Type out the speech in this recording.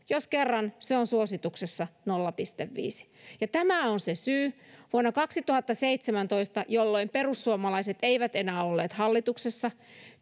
jos kerran se on suosituksessa nolla pilkku viisi ja tämä on se syy vuonna kaksituhattaseitsemäntoista jolloin perussuomalaiset eivät enää olleet hallituksessa